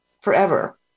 forever